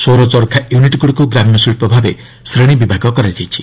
ସୌର ଚରଖା ୟୁନିଟ୍ଗୁଡ଼ିକୁ ଗ୍ରାମ୍ୟ ଶିଳ୍ପ ଭାବେ ଶ୍ରେଣୀବିଭାଗ କରାଯାଇଛି